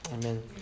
Amen